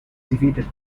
defeated